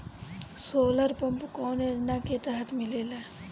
Solar pump कौने योजना के तहत मिलेला?